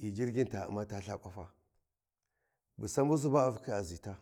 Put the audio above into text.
Ghi jirgin ta umma ta itha kwafa bu sabusi ba a fakhi a zita